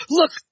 look